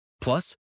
Plus